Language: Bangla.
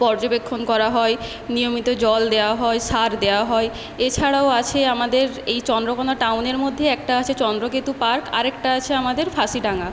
পর্যবেক্ষণ করা হয় নিয়মিত জল দেওয়া হয় সার দেওয়া হয় এছাড়াও আছে আমাদের এই চন্দ্রকোনা টাউনের মধ্যে একটা আছে চন্দ্রকেতু পার্ক আর একটা আছে আমাদের ফাঁসি ডাঙ্গা